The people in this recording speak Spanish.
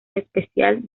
especial